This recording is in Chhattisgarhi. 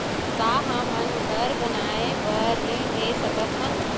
का हमन घर बनाए बार ऋण ले सकत हन?